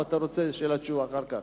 או שאתה רוצה שאלה ותשובה אחר כך?